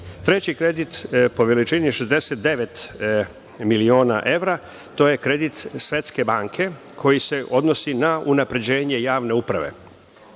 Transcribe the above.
kredit po veličini je 69 miliona evra. To je kredit Svetske banke koji se odnosi na unapređenje javne uprave.